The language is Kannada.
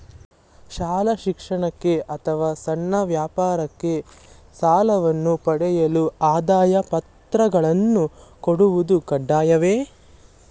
ಶಾಲಾ ಶಿಕ್ಷಣಕ್ಕೆ ಅಥವಾ ಸಣ್ಣ ವ್ಯಾಪಾರಕ್ಕೆ ಸಾಲವನ್ನು ಪಡೆಯಲು ಆದಾಯ ಪತ್ರಗಳನ್ನು ಕೊಡುವುದು ಕಡ್ಡಾಯವೇ?